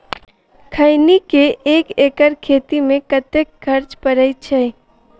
खैनी केँ एक एकड़ खेती मे कतेक खर्च परै छैय?